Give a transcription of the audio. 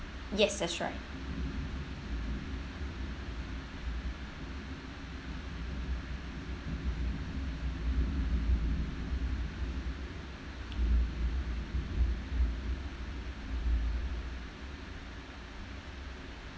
yes that's right